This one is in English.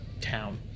town